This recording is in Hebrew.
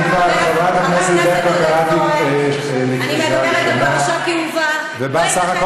אני כבר קראתי את חברת כנסת ברקו בקריאה ראשונה.